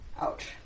Ouch